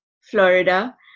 florida